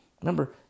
Remember